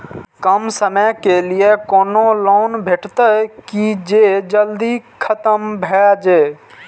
कम समय के लीये कोनो लोन भेटतै की जे जल्दी खत्म भे जे?